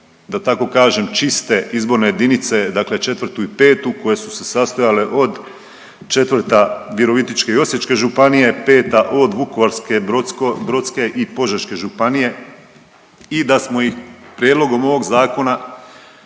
da tako kažem čiste izborne jedinice, dakle 4. i 5. koje su se sastoje od 4. Virovitičke i Osječke županije, 5. od Vukovarske, Brodske i Požeške županije i da smo ih prijedlogom ovog zakona